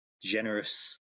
generous